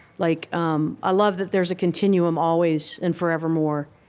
like um i love that there's a continuum always and forevermore,